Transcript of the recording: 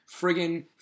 friggin